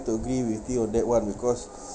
to agree with you on that [one] because